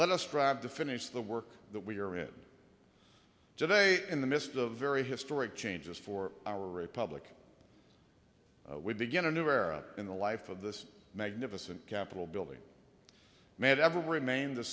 let us strive to finish the work that we are in today in the midst of a very historic changes for our republic we begin a new era in the life of this magnificent capitol building made ever remain the